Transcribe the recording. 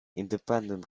independent